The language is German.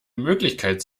möglichkeit